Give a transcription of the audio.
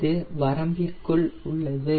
இது வரம்புக்குள் உள்ளது